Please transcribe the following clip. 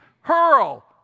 hurl